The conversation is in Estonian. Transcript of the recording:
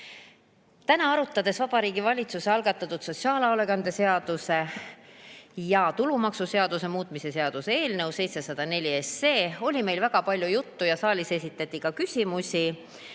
Täna, arutades Vabariigi Valitsuse algatatud sotsiaalhoolekande seaduse ja tulumaksuseaduse muutmise seaduse eelnõu 704, oli meil väga palju juttu vabatahtlike osalusest